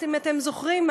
אם אתם זוכרים,